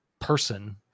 person